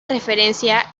referencia